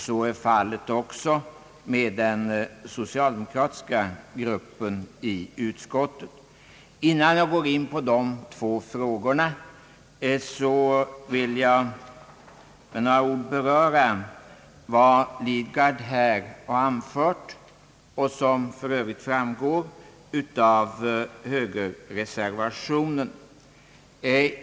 Så är fallet också med den socialdemokratiska gruppen i utskottet. Innan jag går in på de två frågorna, vill jag med några ord beröra vad herr Lidgard här har anfört och vad som för övrigt framgår av högerreservationen.